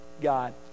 God